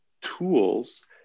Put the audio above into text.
tools